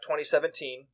2017